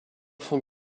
font